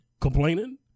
complaining